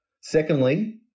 Secondly